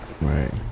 Right